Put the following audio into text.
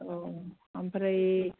औ ओमफ्राय